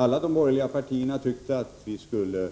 Alla de borgerliga partierna tyckte att vi skulle